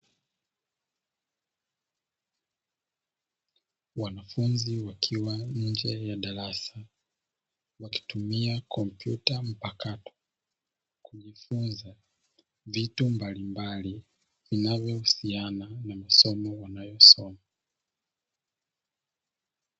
Wanafunzi wakiwa nje ya darasa, wakitumia komputa mpakato, wakijifunza vitu mbalimbali vinavyohusiana na masomo wanayosoma.